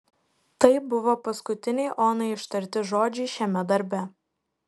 tai buvo paskutiniai onai ištarti žodžiai šiame darbe